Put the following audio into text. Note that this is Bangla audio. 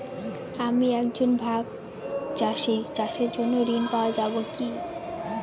আমি একজন ভাগ চাষি চাষের জন্য ঋণ পাওয়া যাবে কি?